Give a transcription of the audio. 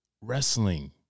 wrestling